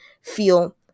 feel